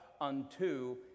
unto